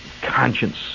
conscience